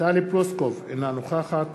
טלי פלוסקוב, אינה נוכחת